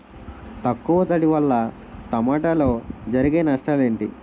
తక్కువ తడి వల్ల టమోటాలో జరిగే నష్టాలేంటి?